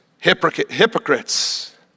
hypocrites